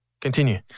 Continue